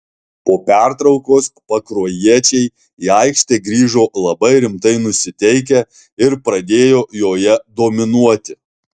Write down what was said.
po pertraukos pakruojiečiai į aikštę grįžo labai rimtai nusiteikę ir pradėjo joje dominuoti